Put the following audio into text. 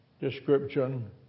description